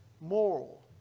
moral